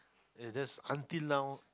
and that's until now